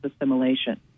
assimilation